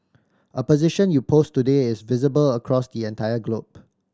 a position you post today is visible across the entire globe